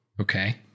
Okay